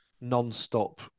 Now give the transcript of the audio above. non-stop